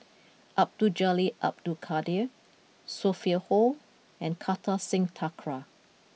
Abdul Jalil Abdul Kadir Sophia Hull and Kartar Singh Thakral